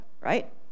right